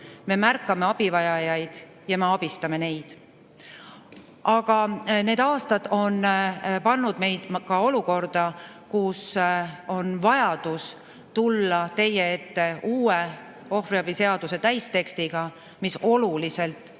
Me märkame abivajajaid ja me abistame neid. Aga need aastad on pannud meid olukorda, kus on vaja tulla teie ette uue ohvriabi seaduse täistekstiga, mis oluliselt sisukamalt